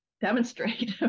demonstrate